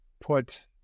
put